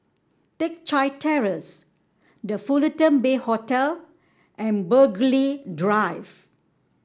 Teck Chye Terrace The Fullerton Bay Hotel and Burghley Drive